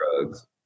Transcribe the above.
drugs